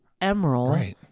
Emerald